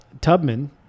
Tubman